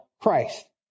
Christ